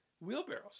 Wheelbarrows